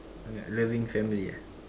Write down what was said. okay loving family ah